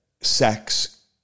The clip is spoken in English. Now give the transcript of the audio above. sex